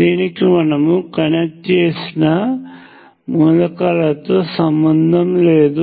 దీనికి మనము కనెక్ట్ చేసిన మూలకాలతో సంబంధం లేదు